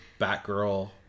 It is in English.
Batgirl